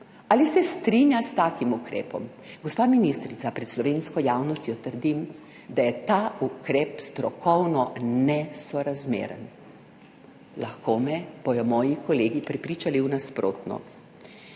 Ali se strinja s takim ukrepom? Gospa ministrica, pred slovensko javnostjo trdim, da je ta ukrep strokovno nesorazmeren. Lahko me bodo moji kolegi prepričali v nasprotno.